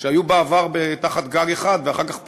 שהיו בעבר תחת גג אחד ואחר כך פוצלו,